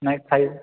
नाहीच खाईल